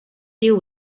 deal